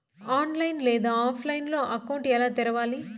online లేదా ఆఫ్లైన్లో account ఎలా తెరవాలి